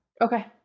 Okay